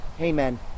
amen